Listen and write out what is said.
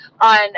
on